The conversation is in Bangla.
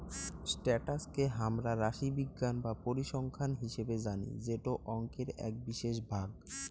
স্ট্যাটাস কে হামরা রাশিবিজ্ঞান বা পরিসংখ্যান হিসেবে জানি যেটো অংকের এক বিশেষ ভাগ